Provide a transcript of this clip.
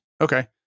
Okay